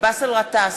באסל גטאס,